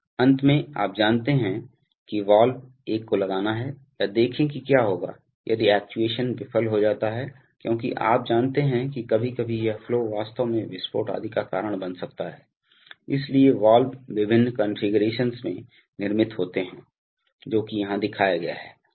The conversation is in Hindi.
अंत में आप जानते हैं कि वाल्व एक को लगाना है या देखें कि क्या होगा यदि एक्चुएशन विफल हो जाता है क्योंकि आप जानते हैं कि कभी कभी यह फ्लो वास्तव में विस्फोट आदि का कारण बन सकता है इसलिए वाल्व विभिन्न कॉन्फ़िगरेशनों में निर्मित होते हैं जो कि यहाँ दिखाया गया है